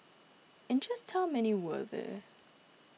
and just how many were there